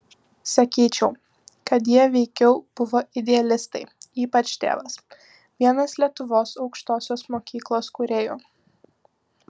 sakyčiau kad jie veikiau buvo idealistai ypač tėvas vienas lietuvos aukštosios mokyklos kūrėjų